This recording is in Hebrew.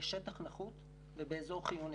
בשטח נחות ובאזור חיוני.